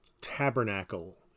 tabernacle